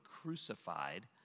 crucified